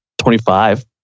25